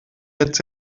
jetzt